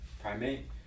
Primate